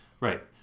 Right